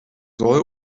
soll